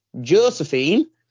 Josephine